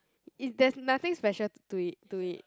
is there's nothing special to it to it